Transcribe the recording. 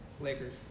Lakers